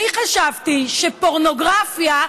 אני חשבתי שפורנוגרפיה,